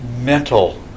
mental